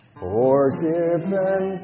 Forgiven